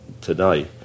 today